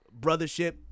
brothership